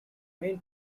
main